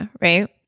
right